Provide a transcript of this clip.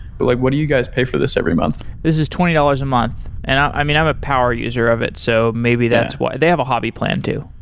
but like what do you guys pay for this every month? this is twenty dollars a month, and i mean i'm a power user of it, so maybe that's why. they have a hobby plan to.